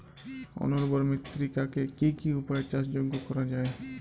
অনুর্বর মৃত্তিকাকে কি কি উপায়ে চাষযোগ্য করা যায়?